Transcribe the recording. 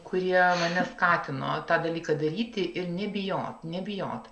kurie mane skatino tą dalyką daryti ir nebijoti nebijoti